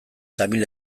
tamil